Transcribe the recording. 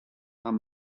are